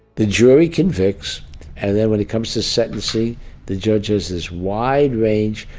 the jury convicts and then when it comes to set to see the judges, his wide range,